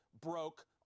broke